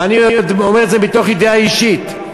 ואני אומר את זה מתוך ידיעה אישית,